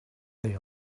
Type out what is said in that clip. they